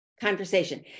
conversation